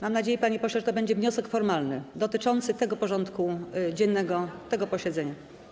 Mam nadzieję, panie pośle, że to będzie wniosek formalny dotyczący porządku dziennego tego posiedzenia.